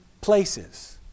places